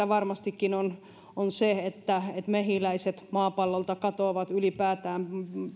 varmastikin on on se että mehiläiset maapallolta katoavat ylipäätään